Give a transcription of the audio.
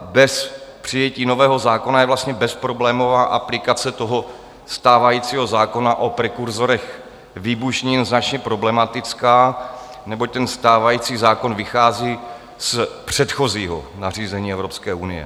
Bez přijetí nového zákona je bezproblémová aplikace stávajícího zákona o prekurzorech výbušnin značně problematická, neboť stávající zákon vychází z předchozího nařízení Evropské unie.